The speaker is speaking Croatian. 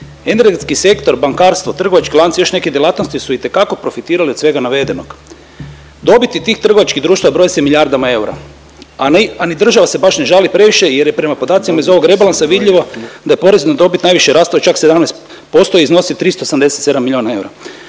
Energetski sektor – bankarstvo, trgovački lanci i još neke djelatnosti su itekako profitirale od svega navedenog. Dobiti tih trgovačkih društava broje se milijardama eura, a ni država se baš ne žali previše, jer je prema podacima iz ovog rebalansa vidljivo da je porez na dobit najviše rasla od čak 17% i iznosi 387 milijona eura.